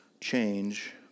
change